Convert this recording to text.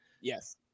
Yes